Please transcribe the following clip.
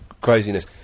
craziness